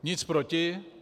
Nic proti.